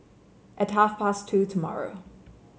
at half past two tomorrow